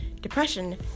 depression